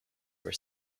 were